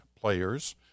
players